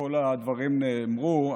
כל הדברים נאמרו.